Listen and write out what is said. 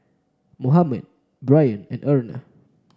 Mohammed Brien and Erna